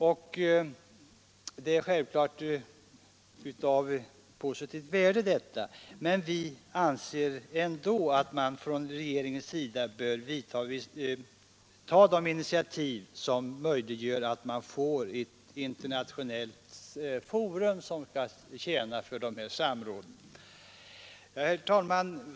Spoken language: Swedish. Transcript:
Detta är självklart av positivt värde, men vi anser ändå att regeringen bör ta de initiativ som möjliggör att man får ett internationellt forum till stånd som skall kunna tjäna dessa samråd. Herr talman!